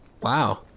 Wow